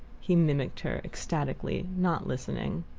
he mimicked her ecstatically, not listening.